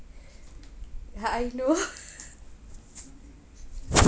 I know